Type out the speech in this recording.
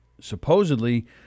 supposedly